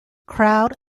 crowd